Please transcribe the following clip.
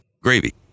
gravy